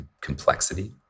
complexity